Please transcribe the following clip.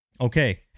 Okay